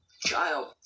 child